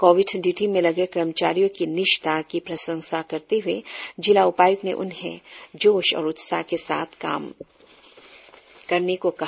Covid duty में लगे कर्मचारियो की निष्ठा की प्रशंसा करते हए जिला उपाय्क्त ने उन्हे इसी जोश और उत्साह के साथ काम करने को कहा